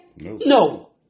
No